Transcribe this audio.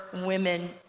women